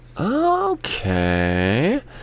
Okay